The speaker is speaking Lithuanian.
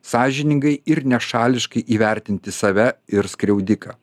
sąžiningai ir nešališkai įvertinti save ir skriaudiką